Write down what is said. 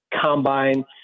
combine